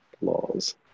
laws